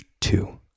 two